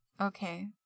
Okay